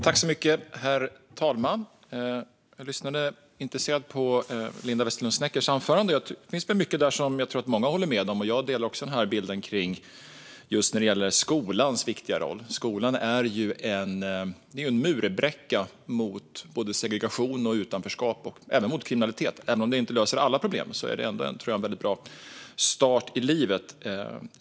Herr talman! Jag lyssnade intresserat på Linda Westerlund Sneckers anförande. Det finns mycket där som jag tror att många håller med om, och jag delar också bilden när det gäller skolans viktiga roll. Skolan är en murbräcka mot både segregation och utanförskap och även mot kriminalitet. Även om den inte löser alla problem ger den, tror jag, en väldigt bra start i livet.